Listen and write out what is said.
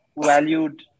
valued